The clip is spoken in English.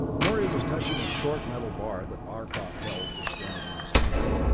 morey was touching a short metal bar that arcot held extended in his hand,